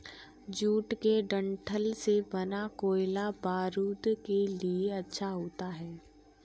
jute के डंठल से बना कोयला बारूद के लिए अच्छा होता है